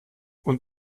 und